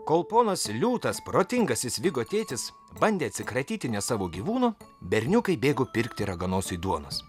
kol ponas liūtas protingasis vigo tėtis bandė atsikratyti ne savo gyvūnu berniukai bėgo pirkti raganosiui duonos